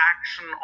action